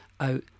out